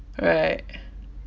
right